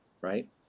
right